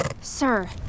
Sir